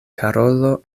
karolo